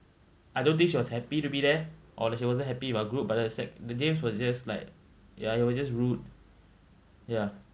I don't think she was happy to be there or that she wasn't happy with our group but the sec~ the james was just like ya he was just rude ya